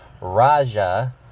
Raja